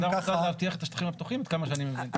הוועדה רוצה להבטיח את השטחים הפתוחים עד כמה שאני מבין.